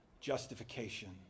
justification